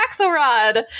Axelrod